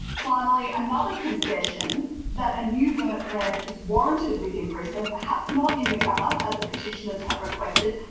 finally, another concession that a new vert ramp is warranted within brisbane, perhaps not in the gabba as the petitioners had requested,